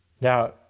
Now